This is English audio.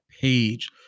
page